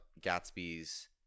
Gatsby's